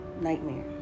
nightmare